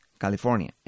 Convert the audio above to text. California